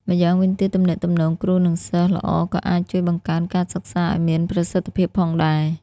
ម្យ៉ាងវិញទៀតទំនាក់ទំនងគ្រូនិងសិស្សល្អក៏អាចជួយបង្កើនការសិក្សាឱ្យមានប្រសិទ្ធភាពផងដែរ។